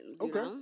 okay